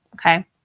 okay